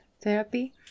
therapy